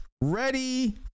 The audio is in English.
ready